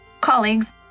colleagues